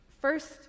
First